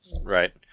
right